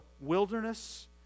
wilderness